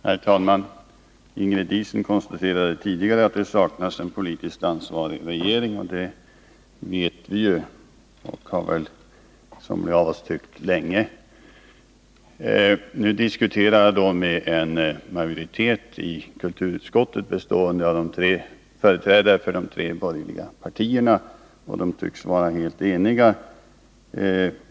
Herr talman! Ingrid Diesen konstaterade tidigare att det saknas en politisk ansvarig regering, och det vet vi. Somliga av oss har tyckt det länge. Nu diskuterar jag med en majoritet i kulturutskottet bestående av företrädare för de tre borgerliga partierna, och de tycks vara helt eniga.